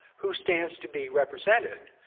who stands to be represented,